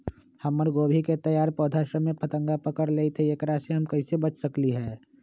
हमर गोभी के तैयार पौधा सब में फतंगा पकड़ लेई थई एकरा से हम कईसे बच सकली है?